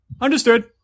understood